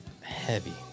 Heavy